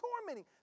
tormenting